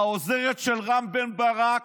העוזרת של רם בן ברק,